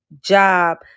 job